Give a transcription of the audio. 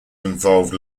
involved